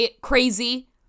crazy